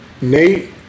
Nate